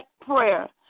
prayer